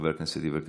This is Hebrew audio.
חבר הכנסת יברקן: